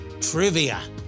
trivia